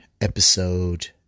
episode